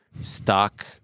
stock